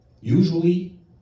usually